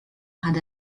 had